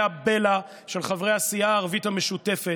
הבלע של חברי הסיעה הערבית המשותפת,